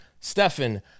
Stefan